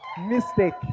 Mistake